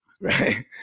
right